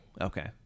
Okay